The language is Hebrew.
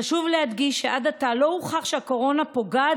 חשוב להדגיש שעד עתה לא הוכח שהקורונה פוגעת